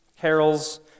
carols